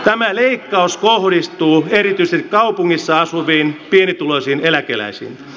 tämä leikkaus kohdistuu erityisesti kaupungeissa asuviin pienituloisiin eläkeläisiin